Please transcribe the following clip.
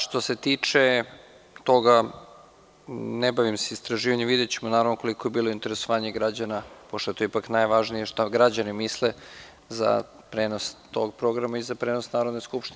Što se tiče toga, ne bavim se istraživanjem, videćemo koliko je bilo interesovanje građana, pošto je ipak najvažnije šta građani misle za prenos tog programa i za prenos Narodne skupštine.